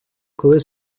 коли